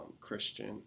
Christian